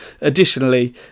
additionally